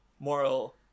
Moral